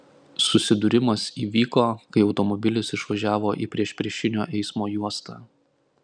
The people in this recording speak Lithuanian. susidūrimas įvyko kai automobilis išvažiavo į priešpriešinio eismo juostą